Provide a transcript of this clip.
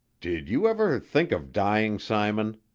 did you ever think of dying, simon?